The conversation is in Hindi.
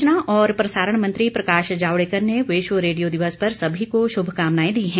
सुचना व प्रसारण मंत्री प्रकाश जावेडकर ने विश्व रेडियो दिवस पर सभी को शुभकामनाएं दी हैं